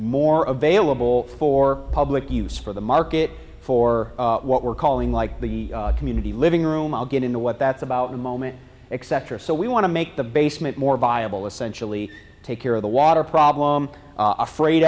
more available for public use for the market for what we're calling like the community living room i'll get into what that's about the moment except for so we want to make the basement more viable essentially take care of the water problem afraid